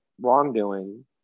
wrongdoing